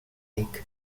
league